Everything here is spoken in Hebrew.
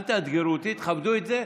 אל תאתגרו אותי, תכבדו את זה.